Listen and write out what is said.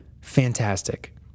fantastic